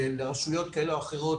לרשויות כאלה או אחרות